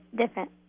different